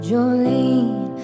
Jolene